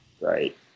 Right